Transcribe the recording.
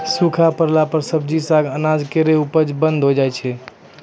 सूखा परला पर सब्जी, साग, अनाज केरो उपज बंद होय जाय छै